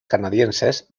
canadienses